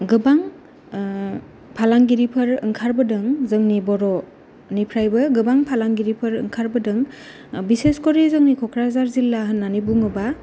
गोबां फालांगिरिफोर ओंखारबोदों जोंनि बर'निफ्रायबो गोबां फालांगिरिफोर ओंखारबोदों बिसेसकरि जोंनि क'क्राझार जिल्ला होन्नानै बुङोबा